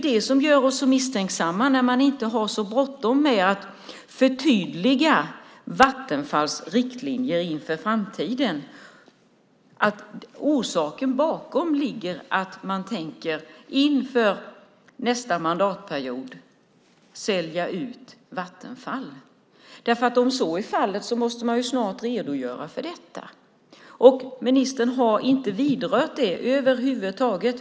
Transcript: Det är ju att man inte har bråttom med att förtydliga Vattenfalls riktlinjer inför framtiden som gör oss så misstänksamma. Den bakomliggande orsaken kan ju vara att man inför nästa mandatperiod tänker sälja ut Vattenfall. Om så är fallet måste man snart redogöra för detta, och ministern har inte vidrört det över huvud taget.